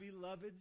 beloved